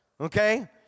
okay